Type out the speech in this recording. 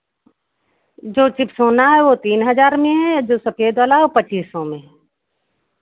जो चिप्सोना है वो तीन हज़ार में है और जो सफ़ेद वाला है वो पच्चीस सौ में है